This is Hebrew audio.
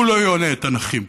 הוא לא יונה את הנכים.